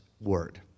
word